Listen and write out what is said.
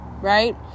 right